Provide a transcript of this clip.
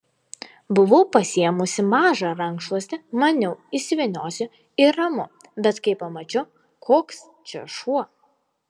buvau pasiėmusi mažą rankšluostį maniau įsivyniosiu ir ramu bet kai pamačiau koks čia šuo